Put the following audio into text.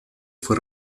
fue